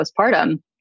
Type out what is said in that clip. postpartum